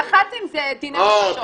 דח"צים זה דיני נפשות.